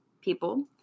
people